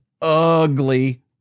ugly